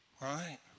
Right